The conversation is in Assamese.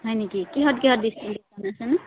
হয় নেকি কিহত কিহত